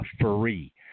free